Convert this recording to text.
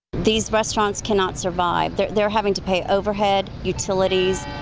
these restaurants cannot survive they're they're having to pay overhead utilities.